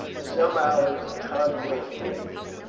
for some hours the conflict raged,